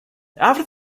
after